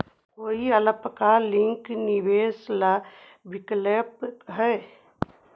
कोई अल्पकालिक निवेश ला विकल्प हई?